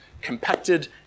compacted